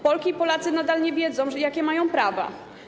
Polki i Polacy nadal nie wiedzą, jakie mają prawa.